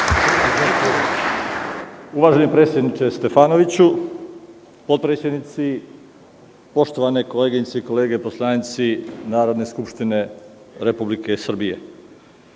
Uvaženi predsedniče Stefanoviću, potpredsednici, poštovane koleginice i kolege poslanici Narodne skupštine Republike Srbije,